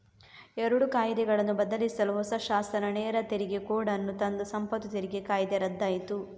ಎರಡು ಕಾಯಿದೆಗಳನ್ನು ಬದಲಿಸಲು ಹೊಸ ಶಾಸನ ನೇರ ತೆರಿಗೆ ಕೋಡ್ ಅನ್ನು ತಂದು ಸಂಪತ್ತು ತೆರಿಗೆ ಕಾಯ್ದೆ ರದ್ದಾಯ್ತು